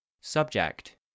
Subject